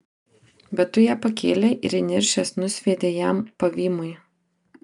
bet tu ją pakėlei ir įniršęs nusviedei jam pavymui